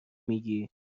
میگی